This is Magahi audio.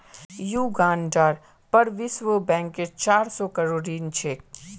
युगांडार पर विश्व बैंकेर चार सौ करोड़ ऋण छेक